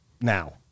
now